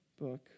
book